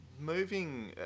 moving